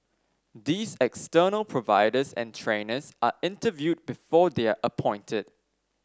these external providers and trainers are interviewed before they are appointed